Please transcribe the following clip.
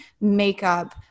makeup